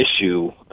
issue